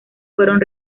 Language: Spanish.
fueron